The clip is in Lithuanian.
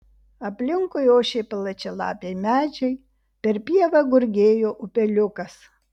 aplinkui ošė plačialapiai medžiai per pievą gurgėjo upeliukas